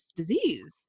disease